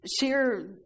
Share